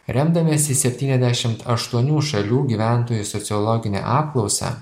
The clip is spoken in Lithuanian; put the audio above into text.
remdamiesi septyniasdešimt aštuonių šalių gyventojų sociologine apklausa